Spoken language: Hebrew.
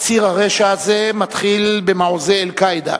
"ציר הרשע" הזה מתחיל במעוזי "אל-קאעידה",